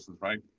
right